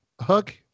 Hook